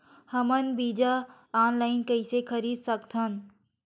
हमन बीजा ऑनलाइन कइसे खरीद सकथन?